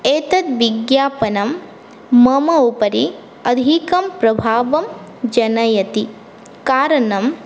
एतत् विज्ञापनं मम उपरि अधिकं प्रभावं जनयति कारणं